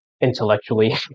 intellectually